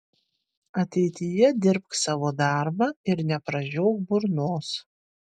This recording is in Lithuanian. ateityje dirbk savo darbą ir nepražiok burnos